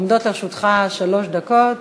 עומדות לרשותך שלוש דקות.